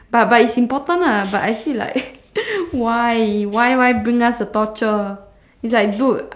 but but it's important lah but I see like why why why bring us the torture